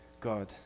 God